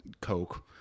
coke